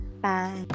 bye